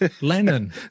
Lennon